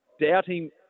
doubting